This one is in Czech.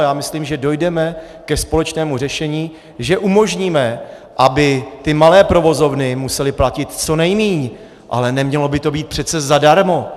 Já myslím, že dojdeme ke společnému řešení, že umožníme, aby ty malé provozovny musely platit co nejméně, ale nemělo by to být přece zadarmo.